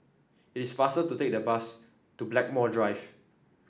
it is faster to take the bus to Blackmore Drive